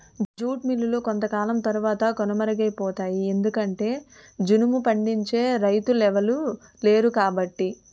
jute మిల్లులు కొంతకాలం తరవాత కనుమరుగైపోతాయి ఎందుకంటె జనుము పండించే రైతులెవలు లేరుకాబట్టి